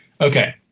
Okay